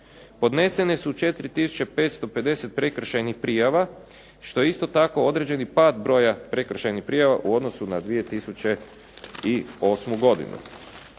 Podnesene su 4 tisuće 550 prekršajnih prijava, što je isto tako određeni pad broja prekršajnih prijava u odnosu na 2008. godinu.